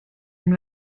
and